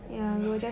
only